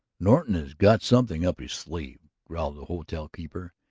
norton has got something up his sleeve, growled the hotel keeper,